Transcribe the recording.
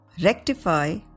rectify